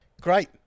Great